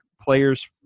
players